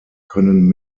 können